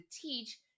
teach